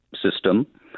system